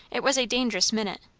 it was a dangerous minute.